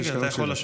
כן, אתה יכול לשבת.